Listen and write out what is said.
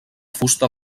fusta